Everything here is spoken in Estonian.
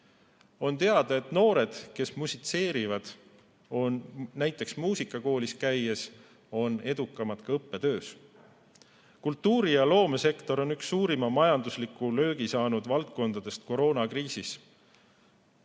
On teada, et noored, kes musitseerivad, näiteks muusikakoolis käies, on edukamad ka õppetöös. Kultuuri- ja loomesektor on üks suurima majandusliku löögi saanud valdkondadest koroonakriisis.